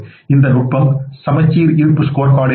இந்த நுட்பம் சமச்சீர் இருப்பு ஸ்கோர்கார்டில் உள்ளது